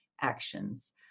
actions